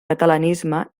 catalanisme